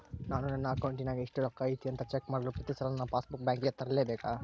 ನಾನು ನನ್ನ ಅಕೌಂಟಿನಾಗ ಎಷ್ಟು ರೊಕ್ಕ ಐತಿ ಅಂತಾ ಚೆಕ್ ಮಾಡಲು ಪ್ರತಿ ಸಲ ನನ್ನ ಪಾಸ್ ಬುಕ್ ಬ್ಯಾಂಕಿಗೆ ತರಲೆಬೇಕಾ?